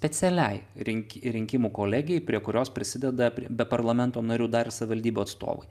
specialiai rink rinkimų kolegijai prie kurios prisideda prie be parlamento narių dar ir savivaldybių atstovai